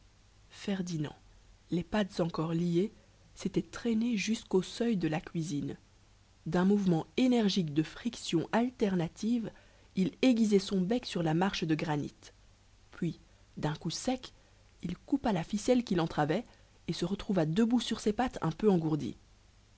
ferdinand les pattes encore liées sétait traîné jusquau seuil de la cuisine dun mouvement énergique de friction alternative il aiguisait son bec sur la marche de granit puis dun coup sec il coupa la ficelle qui lentravait et se retrouva debout sur ses pattes un peu engourdies